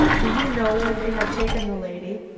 do you know where they have taken the lady?